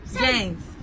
James